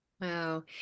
Wow